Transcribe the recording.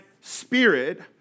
spirit